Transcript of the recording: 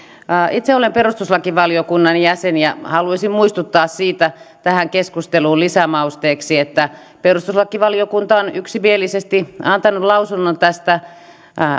itse olen perustuslakivaliokunnan jäsen ja haluaisin muistuttaa tähän keskusteluun lisämausteeksi siitä että perustuslakivaliokunta on yksimielisesti antanut lausunnon tästä